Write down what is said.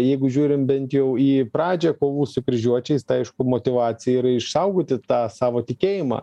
jeigu žiūrim bent jau į pradžią kovų su kryžiuočiais tai aišku motyvacija yra išsaugoti tą savo tikėjimą